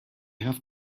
have